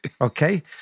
Okay